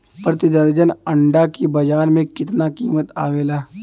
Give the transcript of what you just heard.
प्रति दर्जन अंडा के बाजार मे कितना कीमत आवेला?